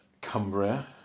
Cumbria